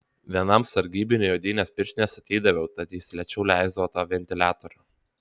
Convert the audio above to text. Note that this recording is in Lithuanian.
vienam sargybiniui odines pirštines atidaviau tad jis lėčiau leisdavo tą ventiliatorių